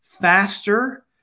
faster